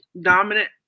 dominant